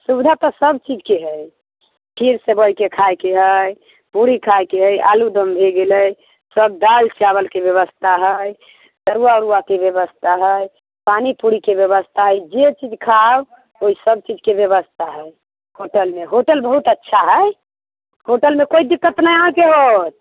सुविधा तऽ सभ चीजके है खीर सेँवइके खाइके है पूरी खायके है आलु दम भए गेलै सभ दाल चावलके व्यवस्था है तरुआ अरुआके व्यवस्था है पानि पूरीके व्यवस्था है जे चीज खाउ उ सभ चीजके व्यवस्था है होटलमे होटल बहुत अच्छा है होटलमे कोइ दिक्कत नहि अहाँके हौत